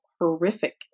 horrific